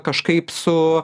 kažkaip su